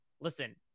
listen